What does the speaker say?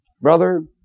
Brother